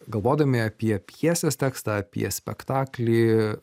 galvodami apie pjesės tekstą apie spektaklį